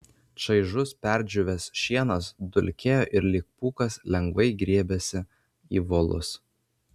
čaižus perdžiūvęs šienas dulkėjo ir lyg pūkas lengvai grėbėsi į volus